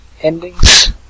endings